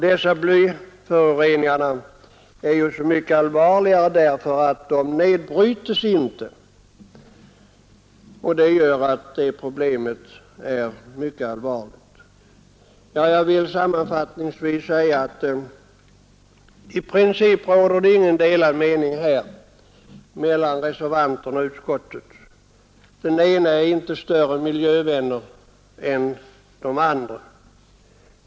Dessa blyföroreningar är så mycket allvarligare som de inte nedbrytes, vilket gör att problemet är mycket stort. Jag vill sammanfattningsvis säga att det i princip inte råder några delade meningar mellan reservanterna och utskottsmajoriteten. Man är inte större miljövänner inom den ena gruppen än inom den andra.